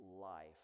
life